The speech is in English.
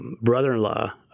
brother-in-law